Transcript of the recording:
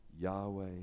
Yahweh